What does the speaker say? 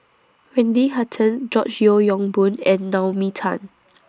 Wendy Hutton George Yeo Yong Boon and Naomi Tan